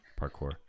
Parkour